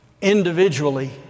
individually